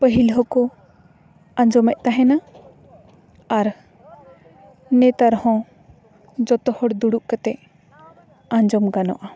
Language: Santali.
ᱯᱟᱹᱦᱤᱞ ᱦᱚᱸ ᱠᱚ ᱟᱸᱡᱚᱢᱮᱫ ᱛᱟᱦᱮᱱᱟ ᱟᱨ ᱱᱮᱛᱟᱨ ᱦᱚᱸ ᱡᱚᱛᱚ ᱦᱚᱲ ᱫᱩᱲᱩᱵ ᱠᱟᱛᱮ ᱟᱡᱚᱢ ᱜᱟᱱᱚᱜᱼᱟ